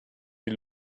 die